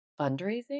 fundraising